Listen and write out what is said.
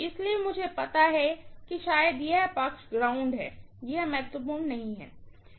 इसलिए मुझे पता है कि शायद यह पक्ष ग्राउंड है यह महत्वपूर्ण नहीं है